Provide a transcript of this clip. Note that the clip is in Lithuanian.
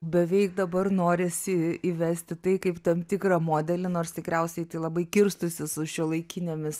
beveik dabar norisi įvesti tai kaip tam tikrą modelį nors tikriausiai tai labai kirstųsi su šiuolaikinėmis